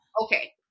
Okay